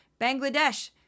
Bangladesh